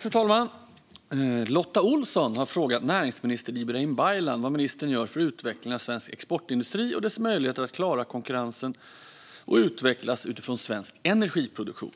Fru talman! har frågat näringsminister Ibrahim Baylan vad ministern gör för utvecklingen av svensk exportindustri och dess möjlighet att klara konkurrensen och utvecklas utifrån svensk energiproduktion.